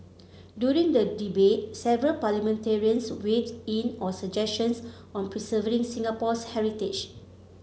during the debate several parliamentarians weighed in on suggestions on preserving Singapore's heritage